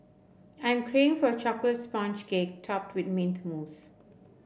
I'm craving for a chocolate sponge cake topped with mint mousse